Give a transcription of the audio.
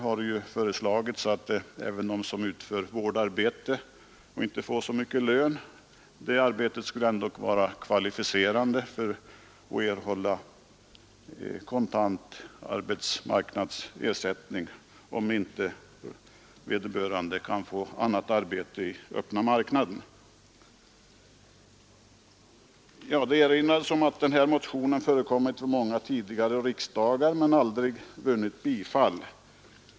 Där har föreslagits att även vårdarbete som utförs i hemmet och inte medför så mycken lön skall vara kvalificerande för kontant arbetsmarknadsersättning, om inte vederbörande kan få annat arbete i öppna marknaden. Det erinrades om att denna motion förekommit vid många tidigare riksdagar men aldrig vunnit bifall.